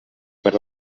per